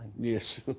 Yes